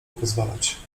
pozwalać